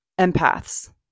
empaths